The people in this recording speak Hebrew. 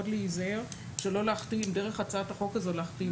להיזהר שלא להכתים ציבור שלם דרך הצעת החוק הזאת.